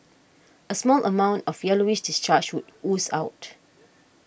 a small amount of yellowish discharge would ooze out